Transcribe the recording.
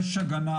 יש הגנה.